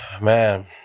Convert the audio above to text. man